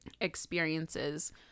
experiences